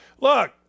Look